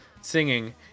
singing